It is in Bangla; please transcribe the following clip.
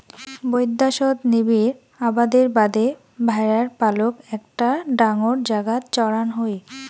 বৈদ্যাশত নিবিড় আবাদের বাদে ভ্যাড়ার পালক একটা ডাঙর জাগাত চড়ান হই